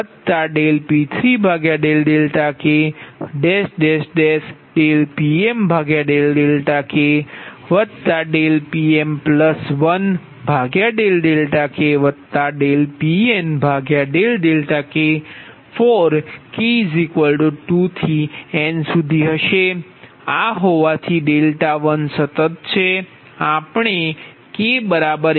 હોવાથી 1 સતત છે આપણે k 1 નો સમાવેશ કરતા નથી